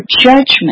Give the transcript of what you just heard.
judgment